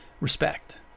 respect